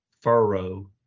furrow